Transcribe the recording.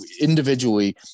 individually